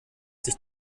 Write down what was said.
sich